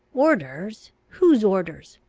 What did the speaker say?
orders? whose orders?